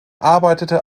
arbeitete